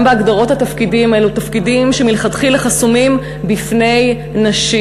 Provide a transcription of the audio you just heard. גם בהגדרות התפקידים אלו תפקידים שמלכתחילה חסומים בפני נשים.